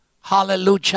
Hallelujah